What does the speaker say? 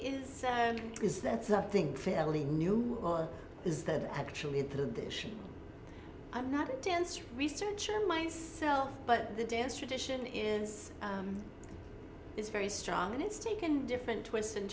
is is that something fairly new or is that actually the dish i'm not a dance researcher myself but the dance tradition is is very strong and it's taken different twists and